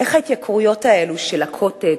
איך ההתייקרויות האלה של ה"קוטג'",